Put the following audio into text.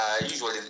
usually